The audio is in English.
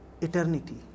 eternity